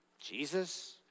Jesus